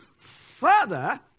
further